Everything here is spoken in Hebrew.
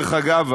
דרך אגב,